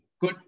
Good